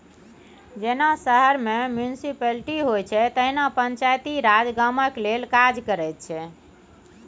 जेना शहर मे म्युनिसप्लिटी होइ छै तहिना पंचायती राज गामक लेल काज करैत छै